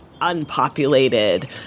unpopulated